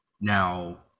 now